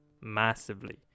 Massively